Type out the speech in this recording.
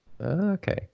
Okay